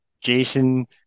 Jason